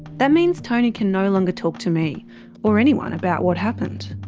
that means tony can no longer talk to me or anyone about what happened.